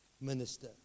minister